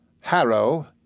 Harrow